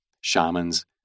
shamans